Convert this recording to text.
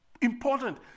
important